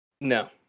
No